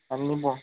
అన్నీ బా